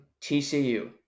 TCU